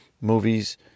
movies